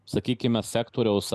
sakykime sektoriaus